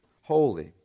holy